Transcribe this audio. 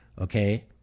Okay